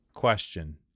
Question